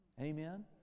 amen